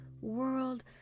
world